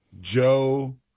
Joe